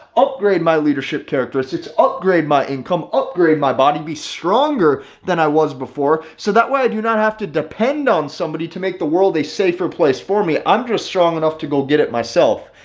upgrade my leadership characteristics, upgrade my income, upgrade my body be stronger than i was before. so that way i do not have to depend on somebody to make the world a safer place for me. i'm just strong enough enough to go get it myself.